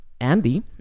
Andy